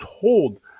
told